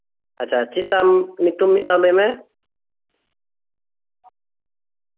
ᱟᱪᱪᱷᱟ ᱪᱮᱫ ᱛᱟᱢ ᱧᱩᱛᱩᱢ ᱢᱤᱫ ᱫᱷᱟᱣ ᱞᱟᱹᱭ ᱢᱮ